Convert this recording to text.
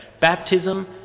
Baptism